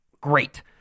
great